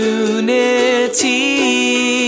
unity